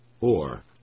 Or